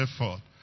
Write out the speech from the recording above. effort